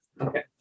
okay